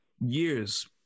years